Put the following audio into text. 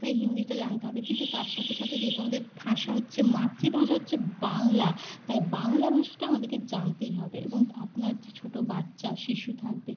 তাই হিন্দিটা জানতে হবে কিন্তু তার সাথে সাথে যেহেতু আমাদের ভাষা হচ্ছে মাতৃভাষা হচ্ছে বাংলা তাই বাংলা ভাষাটা আমাদেরকে জানতেই হবে এবং আপনার যে ছোটো বাচ্চা শিশু থাকবে